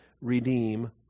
redeem